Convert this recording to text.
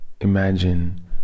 Imagine